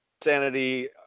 sanity